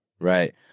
right